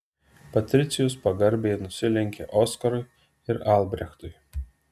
patricijus pagarbiai nusilenkė oskarui ir albrechtui